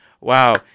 Wow